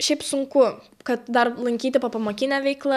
šiaip sunku kad dar lankyti popamokinę veiklą